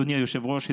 אדוני היושב-ראש,